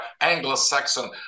Anglo-Saxon